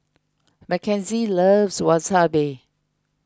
Mackenzie loves Wasabi